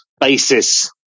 basis